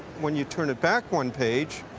when you turn it back one page,